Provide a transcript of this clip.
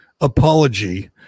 apology